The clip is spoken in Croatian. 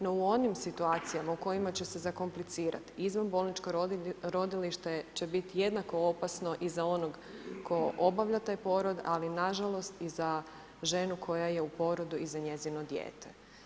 No u onim situacijama u kojima će se zakomplicirati izvanbolničko rodilište će biti jednako opasno i za onog tko obavlja taj porod, ali nažalost i za ženu koja je u porodu i za njezino dijete.